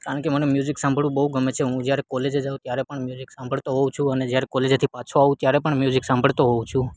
કારણ કે મને મ્યુઝિક સાંભળવું બહુ ગમે છે હું જ્યારે કોલેજે જઉં ત્યારે પણ મ્યુઝિક સાંભળતો હોઉ છું અને જ્યારે કોલેજેથી પાછો આવું ત્યારે પણ મ્યુઝિક સાંભળતો હોઉ છું